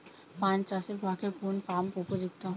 পান চাষের পক্ষে কোন পাম্প উপযুক্ত?